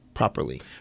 properly